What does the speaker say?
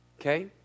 okay